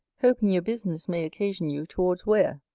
hoping your business may occasion you towards ware,